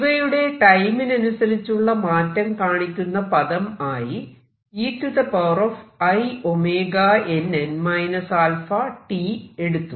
ഇവയുടെ ടൈമിനനുസരിച്ചുള്ള മാറ്റം കാണിക്കുന്ന പദം ആയി einn αt എടുത്തു